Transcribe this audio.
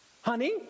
honey